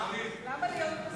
למה להיות פסימי?